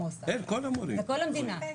בכל המדינה,